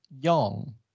Young